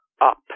up